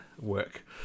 Work